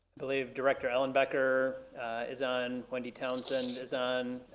believe, director ellenbecker is on, wendy townsend is is on,